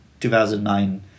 2009